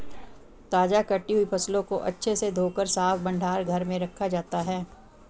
ताजा कटी हुई फसलों को अच्छे से धोकर साफ भंडार घर में रखा जाता है